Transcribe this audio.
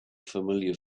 familiar